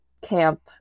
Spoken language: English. camp